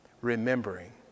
remembering